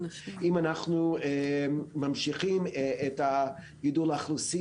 אם אנחנו ממשיכים את גידול האוכלוסין,